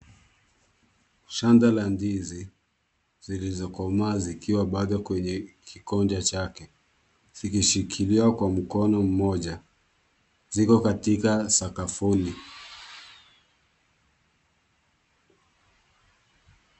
Shamba la ndizi zilizokomaa zikiwa bado kwenye kikonja chake zikishikiliwa kwa mkono mmoja. Ziko katika sakafuni.